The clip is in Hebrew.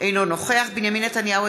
אינו נוכח בנימין נתניהו,